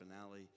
finale